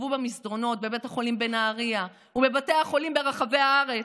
ששכבו במסדרונות בבית החולים בנהריה ובבתי החולים ברחבי הארץ,